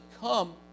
come